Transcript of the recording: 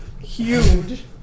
huge